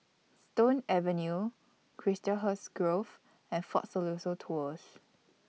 Stone Avenue Chiselhurst Grove and Fort Siloso Tours